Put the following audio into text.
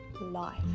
life